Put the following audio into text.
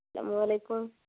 السلام علیکم